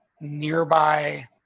nearby